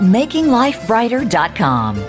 makinglifebrighter.com